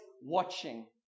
watching